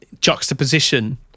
juxtaposition